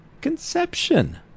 conception